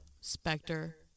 specter